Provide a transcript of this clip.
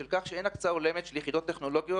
בשל כך שאין הקצאה הולמת של יכולות טכנולוגיות,